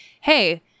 hey